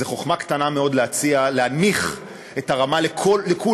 זו חוכמה קטנה מאוד להציע להנמיך את הרמה לכולם,